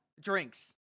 Drinks